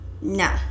No